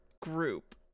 group